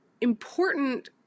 important